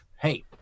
Hey